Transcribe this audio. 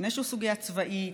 לפני שהוא סוגיה צבאית,